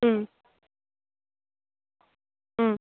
ꯎꯝ ꯎꯝ